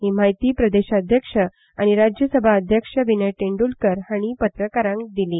ही माहिती प्रदेशाध्यक्ष आनी राज्यसभा खासदार विनय तेंडुलकार हांणी पत्रकारांक दिली